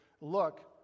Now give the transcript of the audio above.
look